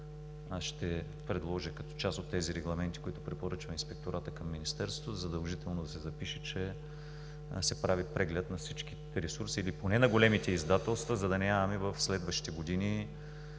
ще предложа като част от тези регламенти, които препоръчва Инспекторатът към Министерството, задължително да се запише, че се прави преглед на всичките ресурси или поне на големите издателства, за да нямаме в следващите години